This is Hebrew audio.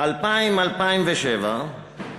2000 2007,